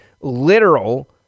literal